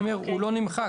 הוא לא נמחק,